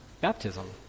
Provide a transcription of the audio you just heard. baptism